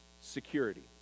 security